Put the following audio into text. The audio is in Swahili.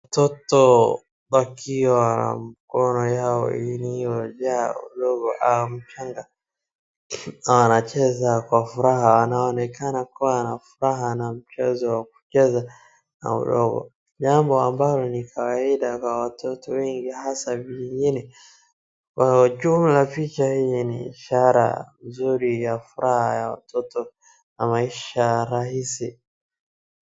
Mtoto akiwa mkononi yao iliyojaa udongo au mchanga. Anacheza kwa furaha. Anaonekana kuwa na furaha na mchezo wa kucheza na udongo. Jambo ambalo ni kawaida kwa watoto wengi hasa vijijini. Kwa ujumla picha hii ni ishara nzuri ya furaha ya watoto na maisha rahisi.